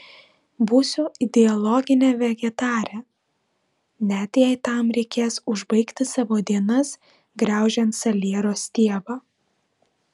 būsiu ideologinė vegetarė net jei tam reikės užbaigti savo dienas graužiant saliero stiebą